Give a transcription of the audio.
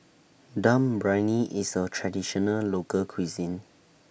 Dum Briyani IS A Traditional Local Cuisine